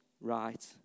right